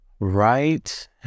Right